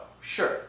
Sure